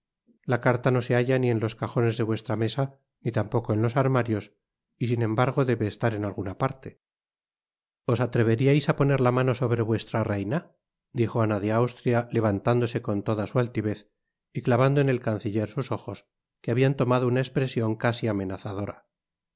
la carta no se halla ni en los cajones de vuestra mesa ni tampoco en los armarios y sin embargo debe estar en alguna parte os atreveríais á poner la mano sobre vuestra reina dijo ana de austria levantándose con toda su altivez y clavando en el canciller sus ojos que habian tomado una espresion casi amenazadora